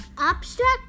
Abstract